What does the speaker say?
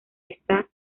está